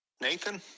Nathan